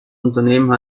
unternehmen